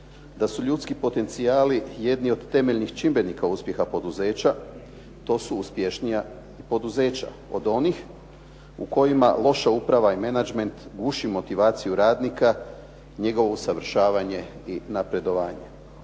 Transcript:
da su ljudski potencijali jedni od temeljnih čimbenika uspjeha poduzeća, to su uspješnija poduzeća od onih u kojima loša uprava i menadžment guši motivaciju radnika, njegovo usavršavanje i napredovanje.